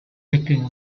breaking